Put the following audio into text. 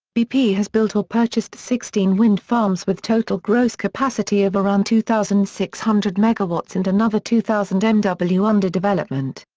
bp has built or purchased sixteen wind farms with total gross capacity of around two thousand six hundred megawatts and another two thousand and mw under development.